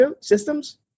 systems